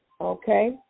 okay